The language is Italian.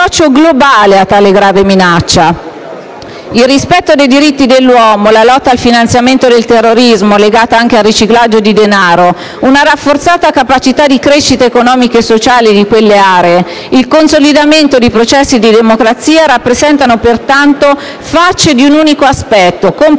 il rispetto dei diritti dell'uomo, la lotta al finanziamento del terrorismo, legato anche al riciclaggio di denaro, una rafforzata capacità di crescita economica e sociale in quelle aree, il consolidamento dei processi di democrazia rappresentano pertanto facce di un unico aspetto, complementari